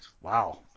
Wow